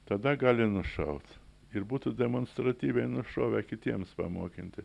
tada gali nušaut ir būtų demonstratyviai nušovę kitiems pamokinti